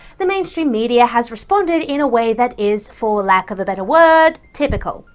the mainstream media has responded in a way that is, for lack of a better word, typical.